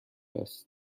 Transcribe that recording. است